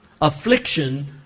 affliction